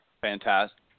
Fantastic